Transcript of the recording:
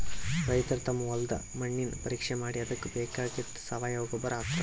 ರೈತರ್ ತಮ್ ಹೊಲದ್ದ್ ಮಣ್ಣಿನ್ ಪರೀಕ್ಷೆ ಮಾಡಿ ಅದಕ್ಕ್ ಬೇಕಾಗಿದ್ದ್ ಸಾವಯವ ಗೊಬ್ಬರ್ ಹಾಕ್ತಾರ್